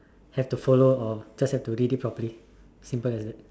have to follow or just have to read it properly it is as simple as that